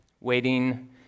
Waiting